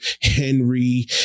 Henry